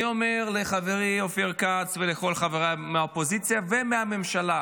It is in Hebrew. אני אומר לחברי אופיר כץ ולכל חבריי מהאופוזיציה ומהממשלה: